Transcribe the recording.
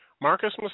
Marcus